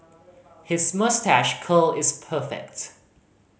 his moustache curl is perfect